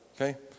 Okay